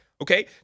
okay